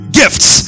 gifts